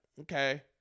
okay